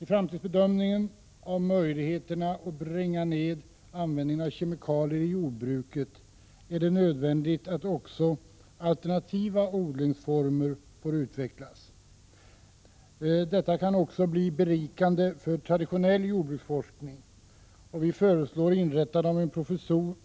I bedömningen av möjligheterna att i framtiden bringa ned användningen av kemikalier i jordbruket är det nödvändigt att också alternativa odlingsmetoder får utvecklas. Detta kan också bli berikande för traditionell jordbruksforskning. Vi föreslår att en